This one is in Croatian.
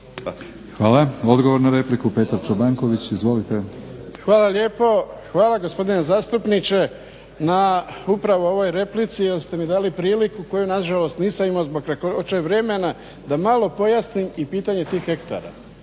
Hvala. Odgovor na repliku, Petar Čobanković. Izvolite. **Čobanković, Petar (HDZ)** Hvala lijepo. Hvala gospodine zastupniče na upravo ovoj replici, jer ste mi dali priliku koju na žalost nisam imao zbog kratkoće vremena da malo pojasnim i pitanje tih hektara